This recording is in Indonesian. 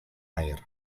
air